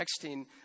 texting